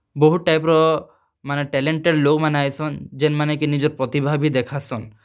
ବହୁତ୍ ଟାଇପ୍ର ମାନେ ଟେଲେଣ୍ଟେଡ଼୍ ଲୋକ୍ମାନେ ଆଏସନ୍ ଯେନ୍ମାନେ କି ନିଜର୍ ପ୍ରତିଭା ବି ଦେଖାସନ୍